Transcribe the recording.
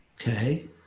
Okay